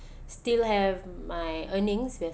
still have my earnings